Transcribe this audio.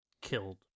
killed